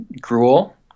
gruel